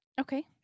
Okay